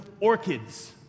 orchids